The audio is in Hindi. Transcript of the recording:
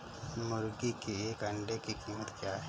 मुर्गी के एक अंडे की कीमत क्या है?